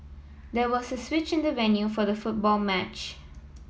there was a switch in the venue for the football match